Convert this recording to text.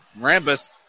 Rambus